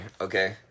okay